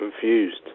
confused